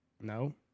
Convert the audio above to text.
No